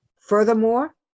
Furthermore